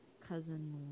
cousin